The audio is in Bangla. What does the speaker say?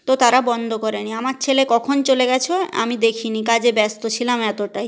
তো তারা বন্ধ করেনি আমার ছেলে কখন চলে গেছে আমি দেখিনি কাজে ব্যস্ত ছিলাম এতোটাই